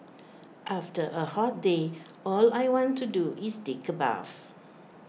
after A hot day all I want to do is take A bath